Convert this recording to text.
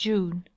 June